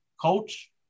Coach